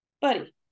buddy